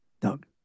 Doug